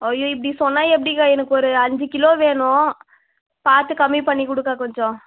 ஐயோ இப்படி சொன்னால் எப்படிக்கா எனக்கு ஒரு அஞ்சி கிலோ வேணும் பார்த்து கம்மி பண்ணி கொடுக்கா கொஞ்சம்